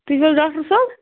تُہۍ چھُو حظ ڈاکٹر صٲب